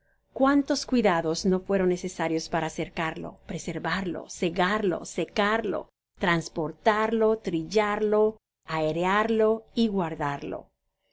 cuántos cuidados no fueran necesarios para cercarlo preservarlo segarlo secarlo transportarlo trillarlo aecharlo y guardarlo